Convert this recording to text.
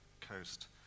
coast